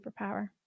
superpower